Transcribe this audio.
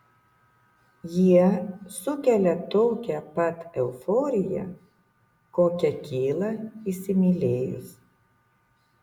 jie sukelia tokią pat euforiją kokia kyla įsimylėjus